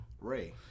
Ray